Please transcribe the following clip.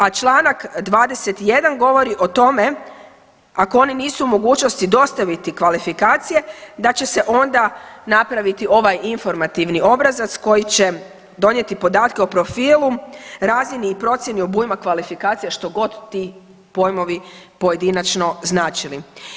A Članak 21. govori o tome ako oni nisu u mogućnosti dostaviti kvalifikacije da će se onda napraviti ovaj informativni obrazaca koji će donijeti podatke o profilu, razini i procjeni obujma kvalifikacija što god ti pojmovi pojedinačno znači.